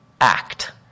act